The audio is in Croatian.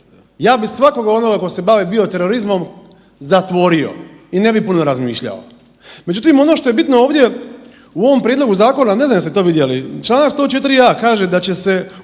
Ja bi svakoga onoga ko se bavio bio terorizmom zatvorio i ne bi puno razmišljao. Međutim, ono što je bitno ovdje u ovom prijedlogu zakona, a ne znam jeste to vidjeli čl. 104.a kaže da će se